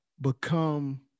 become